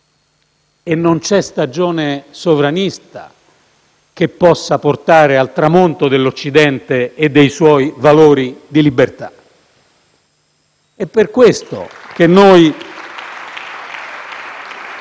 Non c'è stagione sovranista che possa portare al tramonto dell'Occidente e dei suoi valori di libertà*. (Applausi dal Gruppo